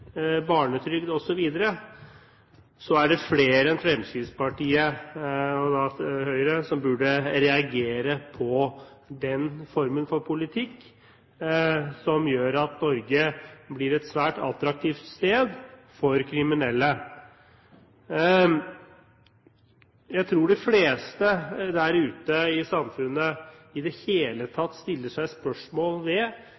barnetrygd osv., er det flere enn Fremskrittspartiet og Høyre som burde reagere på den formen for politikk som gjør at Norge blir et svært attraktivt sted for kriminelle. Jeg tror de fleste der ute i samfunnet stiller spørsmål ved hvorfor man skal kunne opptjene rettigheter i folketrygden i det hele